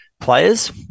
players